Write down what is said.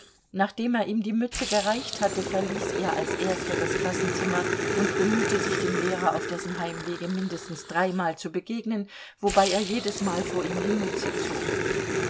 nachdem er ihm die mütze gereicht hatte verließ er als erster das klassenzimmer und bemühte sich dem lehrer auf dessen heimwege mindestens dreimal zu begegnen wobei er jedesmal vor ihm die mütze zog